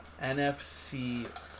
NFC